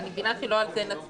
אני מבינה שלא על זה נצביע,